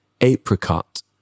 apricot